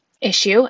issue